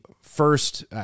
first